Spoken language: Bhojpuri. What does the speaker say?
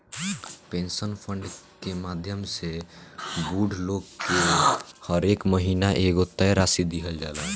पेंशन फंड के माध्यम से बूढ़ लोग के हरेक महीना एगो तय राशि दीहल जाला